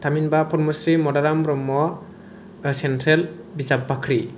थामहिनबा पद्मश्री मदाराम ब्रह्म सेन्ट्रेल बिजाब बाख्रि